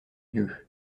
vieux